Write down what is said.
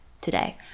today